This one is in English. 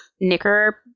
knicker